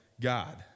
God